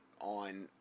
on